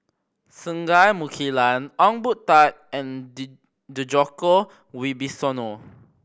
Singai Mukilan Ong Boon Tat and Djoko Wibisono